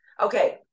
Okay